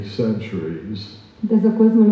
centuries